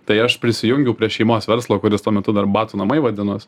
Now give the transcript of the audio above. tai aš prisijungiau prie šeimos verslo kuris tuo metu dar batų namai vadinos